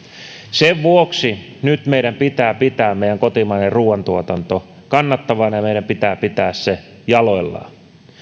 sen vuoksi meidän pitää nyt pitää meidän kotimainen ruuantuotanto kannattavana ja meidän pitää pitää se jaloillaan